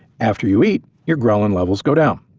after you eat your ghrelin levels go down,